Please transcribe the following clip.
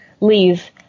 leave